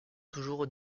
toujours